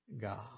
God